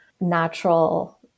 natural